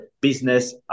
business